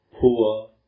poor